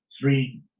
three